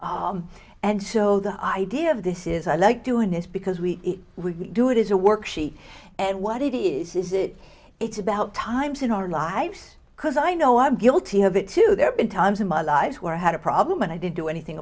something and so the idea of this is i like doing this because we would do it is a workshy and what it is is it it's about times in our lives because i know i'm guilty of it too there been times in my life where i had a problem and i didn't do anything